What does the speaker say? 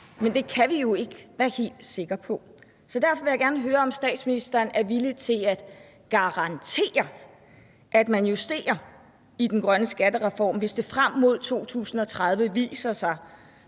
men det kan vi jo ikke være helt sikre på. Derfor vil jeg gerne høre, om statsministeren er villig til at garantere, at man justerer i den grønne skattereform, hvis det frem mod 2030 viser sig,